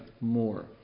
more